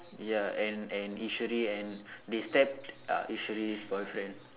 ya and and Eswari and they stab uh Eswari's boyfriend